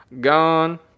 gone